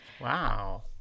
Wow